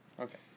Okay